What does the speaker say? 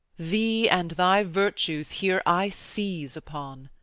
thee and thy virtues here i seize upon.